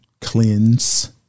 Cleanse